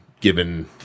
given